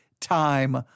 time